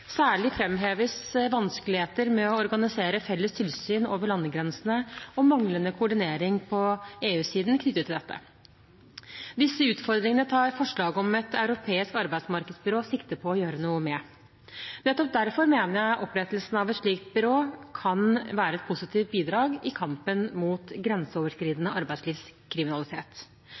Særlig framheves vanskeligheter med å organisere felles tilsyn over landegrensene og manglende koordinering på EU-siden knyttet til dette. Disse utfordringene tar forslaget om et europeisk arbeidsmarkedsbyrå sikte på å gjøre noe med. Nettopp derfor mener jeg opprettelsen av et slikt byrå kan være et positivt bidrag i kampen mot grenseoverskridende arbeidslivskriminalitet.